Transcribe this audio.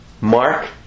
Mark